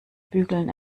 bügeln